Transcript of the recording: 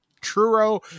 Truro